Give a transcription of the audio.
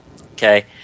Okay